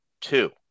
Two